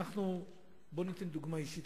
אני אומר: בואו וקודם כול אנחנו ניתן דוגמה אישית,